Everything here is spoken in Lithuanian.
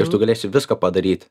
ir tu galėsi viską padaryti